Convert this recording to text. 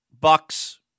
Bucks